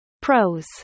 Pros